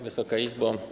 Wysoka Izbo!